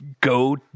go